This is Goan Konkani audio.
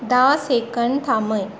धा सेकंद थांबय